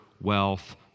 wealth